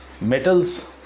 Metals